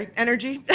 um energy.